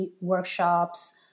workshops